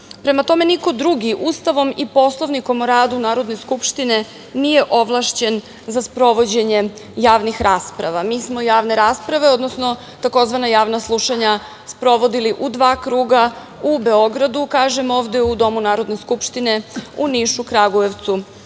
tome, niko drugi Ustavom i Poslovnikom o radu Narodne skupštine nije ovlašćen za sprovođenje javnih rasprava. Mi smo javne rasprave, odnosno tzv. javna slušanja sprovodili u dva kruga, u Beogradu, ovde u Domu Narodne skupštine u Nišu, Kragujevcu